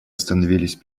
остановились